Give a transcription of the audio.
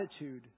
attitude